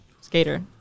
Skater